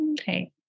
Okay